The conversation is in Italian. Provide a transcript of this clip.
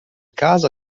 casa